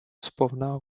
сповна